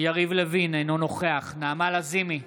יריב לוין, אינו נוכח נעמה לזימי,